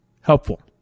Helpful